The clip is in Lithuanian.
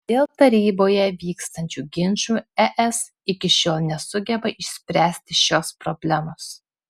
dėl taryboje vykstančių ginčų es iki šiol nesugeba išspręsti šios problemos